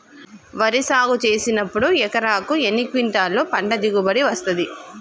వరి సాగు చేసినప్పుడు ఎకరాకు ఎన్ని క్వింటాలు పంట దిగుబడి వస్తది?